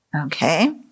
Okay